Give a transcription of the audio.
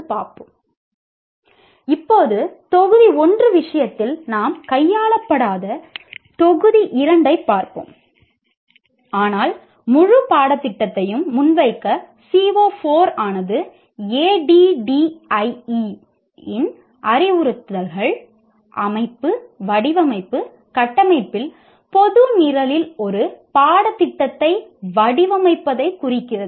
இப்போது தொகுதி 1 விஷயத்தில் நாம் கையாளப்படாத தொகுதி 2 ஐப் பார்ப்போம் ஆனால் முழு பாடத்திட்டத்தையும் முன்வைக்க CO 4 ஆனது ADDIE இன் அறிவுறுத்தல்கள் அமைப்பு வடிவமைப்பு கட்டமைப்பில் பொது நிரலில் ஒரு பாடத்திட்டத்தை வடிவமைப்பதைக் குறிக்கிறது